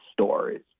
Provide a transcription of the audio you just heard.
stories